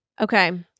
Okay